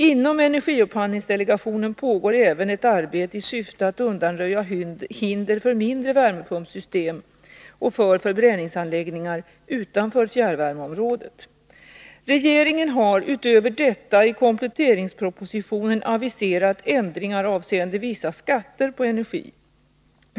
Inom energiupphandlingsdelegationen pågår även ett arbete i syfte att undanröja hinder för Regeringen har utöver detta i kompletteringspropositiondn aviserat ändringar avseende vissa skatter på energi.